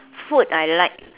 food I like